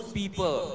people